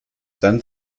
dann